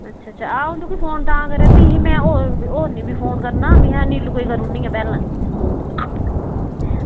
अच्छा अच्छा अंऊ तुगीा फोन तां करा दी ही में होरनें गी बी फोन करना में हा नीलू गी करनी आं पैह्लें